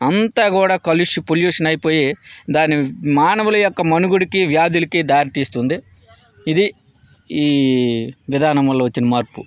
అంత కూడా కలిసి పొల్యూషన్ అయిపోయే దాని మానవుల యొక్క మనుగుడికి వ్యాధులకు దారితీస్తుంది ఇది ఈ విధానం వల్ల వచ్చిన మార్పు